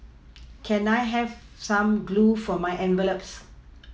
can I have some glue for my envelopes